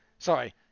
Sorry